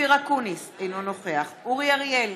אופיר אקוניס, אינו נוכח אורי אריאל,